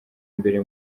imbere